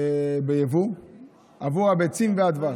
ביבוא עבור הביצים והדבש.